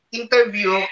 interview